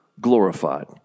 glorified